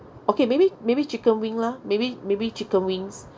okay maybe maybe chicken wing lah maybe maybe chicken wings